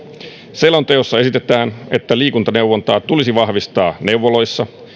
selonteossa esitetään että liikuntaneuvontaa tulisi vahvistaa neuvoloissa